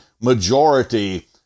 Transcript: majority